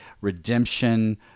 redemption